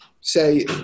say